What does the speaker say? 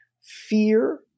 Fear